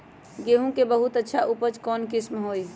गेंहू के बहुत अच्छा उपज कौन किस्म होई?